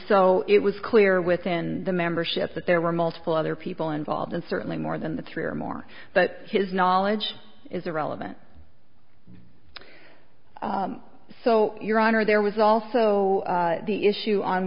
so it was clear within the membership that there were multiple other people involved and certainly more than the three or more but his knowledge is the relevant so your honor there was also the issue on